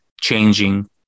changing